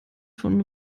von